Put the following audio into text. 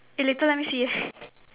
eh later let me see eh